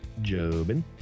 Jobin